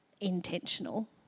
intentional